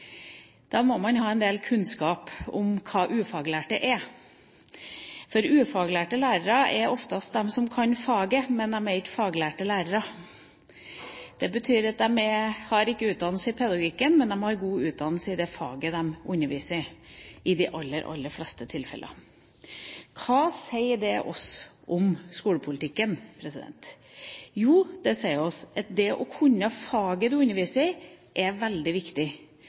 Da må man ha en del kunnskap om hva «ufaglært» er. Ufaglærte lærere er de som kan faget, men som ikke er faglærte lærere. Det betyr at de ikke har utdannelse i pedagogikk, men de har i de aller fleste tilfeller god utdanning i det faget de underviser i. Hva sier det oss om skolepolitikken? Jo, det sier oss at det å kunne faget man underviser i, er veldig viktig,